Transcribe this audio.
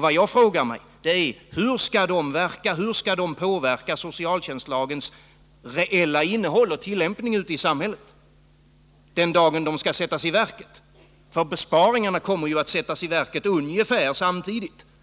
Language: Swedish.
Vad jag frågar mig är: Hur skall de påverka socialtjänstlagens reella innehåll och tillämpning ute i samhället den dag de skall sättas i verket? Besparingarna kommer ju att sättas i verket